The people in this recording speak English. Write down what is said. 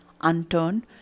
unturned